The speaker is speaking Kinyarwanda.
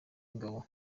w’ingabo